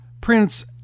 Prince